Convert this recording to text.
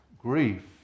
grief